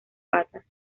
patas